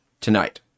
tonight